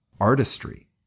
artistry